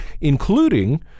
including